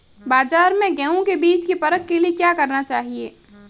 बाज़ार में गेहूँ के बीज की परख के लिए क्या करना चाहिए?